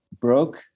broke